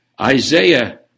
Isaiah